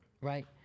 Right